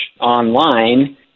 online